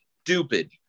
stupid